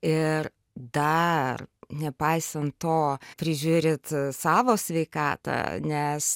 ir dar nepaisan to prižiūrėt savo sveikatą nes